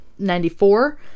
94